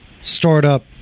startup